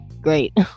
great